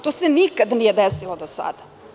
To se nikada nije desilo do sada.